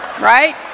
Right